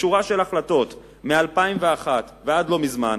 בשורה של החלטות מ-2001 ועד לא מזמן,